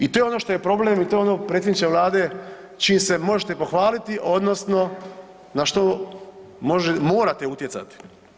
I to je ono što je problem i to je ono predsjedniče Vlade čim se možete pohvaliti odnosno na što morate utjecati.